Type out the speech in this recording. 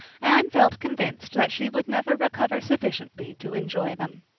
anne felt convinced that she would never recover sufficiently to enjoy them.